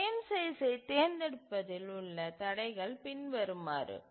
frame சைஸ்சைத் தேர்ந்தெடுப்பதில் உள்ள தடைகள் பின்வருமாறு